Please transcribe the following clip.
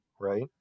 right